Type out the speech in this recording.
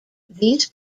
these